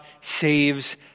saves